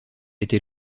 été